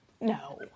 No